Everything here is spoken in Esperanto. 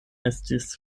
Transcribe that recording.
estis